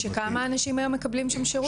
שכמה אנשים מקבלים שם שירות?